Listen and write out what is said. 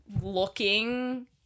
looking